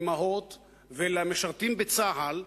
לאמהות ולמשרתים בצה"ל,